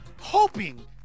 hoping